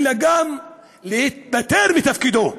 אלא גם להתפטר מתפקידו.